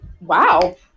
wow